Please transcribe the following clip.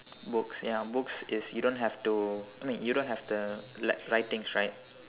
books ya books is you don't have to I mean you don't have the writ~ writings right